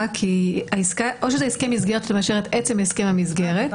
או שזה הסכם מסגרת שמאשרת עצם הסכם המסגרת,